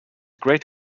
great